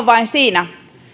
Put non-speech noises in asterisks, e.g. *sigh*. *unintelligible* vain siinä